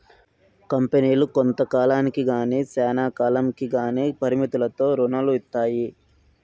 కంపెనీలు కొంత కాలానికి గానీ శ్యానా కాలంకి గానీ పరిమితులతో రుణాలు ఇత్తాయి